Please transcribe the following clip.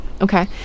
Okay